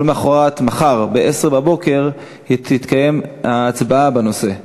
ומחר ב-10:00 תתקיים ההצבעה בנושא.